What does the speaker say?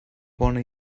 bona